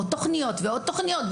ועוד תוכניות,